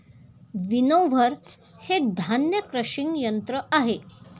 winnower हे धान्य crushing यंत्र आहे